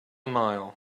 mile